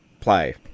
play